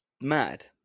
mad